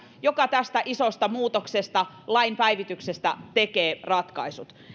joka tästä isosta muutoksesta lain päivityksestä tekee ratkaisut